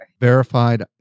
Verified